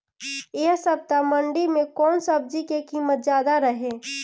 एह सप्ताह मंडी में कउन सब्जी के कीमत ज्यादा रहे?